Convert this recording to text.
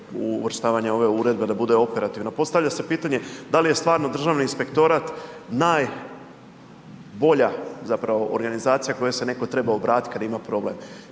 uvrštavanja ove uredbe da bude operativna. Postavlja se pitanje da li je stvarno Državni inspektorat najbolja zapravo organizacija kojoj se netko treba obratiti kada ima problem.